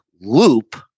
loop